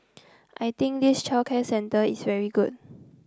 I think this childcare centre is very good